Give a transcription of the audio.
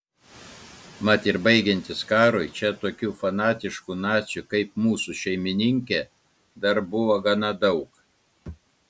mat ir baigiantis karui čia tokių fanatiškų nacių kaip mūsų šeimininkė dar buvo gana daug